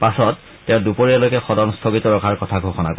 পাছত তেওঁ দুপৰীয়ালৈকে সদন স্থগিত ৰখাৰ কথা ঘোষণা কৰে